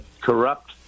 corrupt